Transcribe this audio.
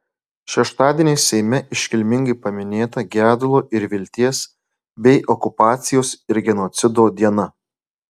šeštadienį seime iškilmingai paminėta gedulo ir vilties bei okupacijos ir genocido diena